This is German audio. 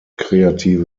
kreative